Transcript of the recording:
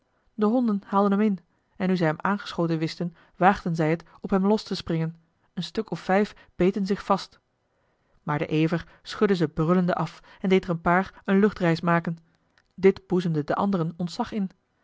de honden haalden hem in en nu zij hem aangeschoten wisten waagden zij het op hem los te springen een stuk of vijf beten zich vast maar de ever schudde ze brullende af en deed er een paar eene luchtreis maken dit boezemde den anderen ontzag in